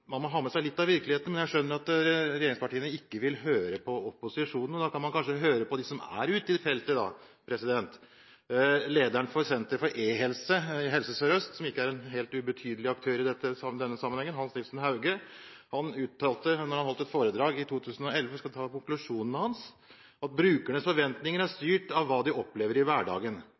man må ha med seg litt av virkeligheten. Men jeg skjønner at regjeringspartiene ikke vil høre på opposisjonen, og da kan man kanskje høre på dem som er ute i feltet. Lederen for Senter for eHelse i Helse Sør-Øst, som er en ikke helt ubetydelig aktør i denne sammenheng, Hans Nielsen Hauge, uttalte følgende da han holdt et foredrag i 2011 – jeg skal ta konklusjonene hans: «– Brukernes forventninger er styrt av hva de opplever i hverdagen